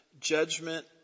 judgment